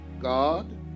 God